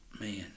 man